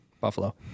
Buffalo